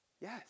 Yes